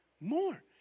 more